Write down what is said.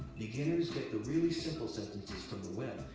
beginners take the really simple sentences from the web,